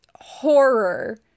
horror